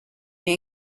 may